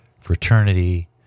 fraternity